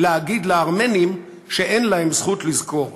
להגיד לארמנים שאין להם זכות לזכור?